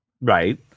Right